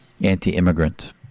anti-immigrant